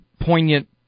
poignant